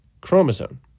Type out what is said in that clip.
chromosome